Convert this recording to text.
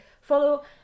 follow